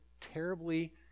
terribly